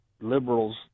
liberals